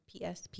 PSP